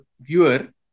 viewer